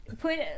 put